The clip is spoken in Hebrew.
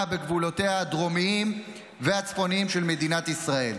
בגבולותיה הדרומיים והצפוניים של מדינת ישראל.